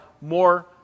more